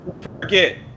forget